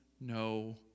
no